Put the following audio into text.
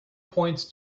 points